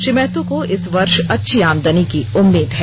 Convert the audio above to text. श्री महतो को इस वर्श अच्छी आमदनी की उम्मीद है